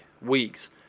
weeks